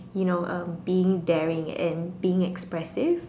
you know um being daring and being expressive